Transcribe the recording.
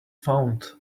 found